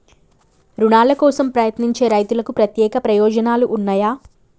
రుణాల కోసం ప్రయత్నించే రైతులకు ప్రత్యేక ప్రయోజనాలు ఉన్నయా?